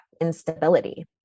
instability